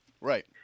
Right